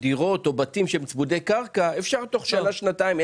בדירות או בבתים צמודי קרקע אפשר תוך שנה או שנתיים,